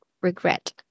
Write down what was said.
regret